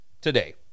today